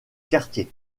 quartier